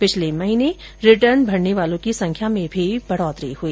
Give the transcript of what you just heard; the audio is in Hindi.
पिछले महीने रिटर्न भरने वालों की संख्या में भी वृद्धि हुई